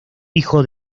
hijo